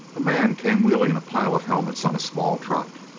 a man came wheeling a pile of helmets on a small truck.